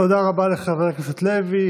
תודה רבה לחבר הכנסת לוי.